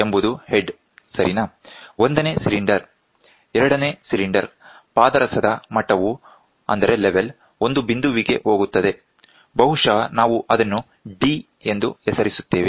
H ಎಂಬುದು head ಸರಿನಾ 1ನೇ ಸಿಲಿಂಡರ್ 2ನೇ ಸಿಲಿಂಡರ್ ಪಾದರಸದ ಮಟ್ಟವು ಒಂದು ಬಿಂದುವಿಗೆ ಹೋಗುತ್ತದೆ ಬಹುಶಃ ನಾವು ಅದನ್ನು D ಎಂದು ಹೆಸರಿಸುತ್ತೇವೆ